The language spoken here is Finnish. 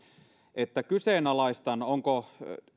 että kyseenalaistan onko